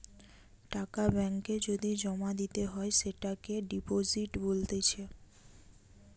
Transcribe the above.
টাকা ব্যাঙ্ক এ যদি জমা দিতে হয় সেটোকে ডিপোজিট বলতিছে